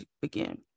begin